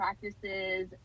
practices